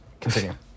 continue